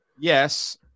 yes